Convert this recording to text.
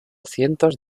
cientos